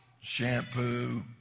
shampoo